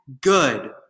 good